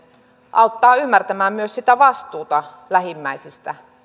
auttaa ymmärtämään myös sitä vastuuta lähimmäisistä